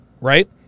right